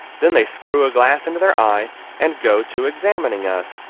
then they screw a glass into their eye and go to examining us,